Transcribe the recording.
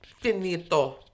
Finito